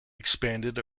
expanded